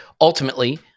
ultimately